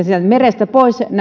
sieltä merestä pois